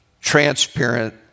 transparent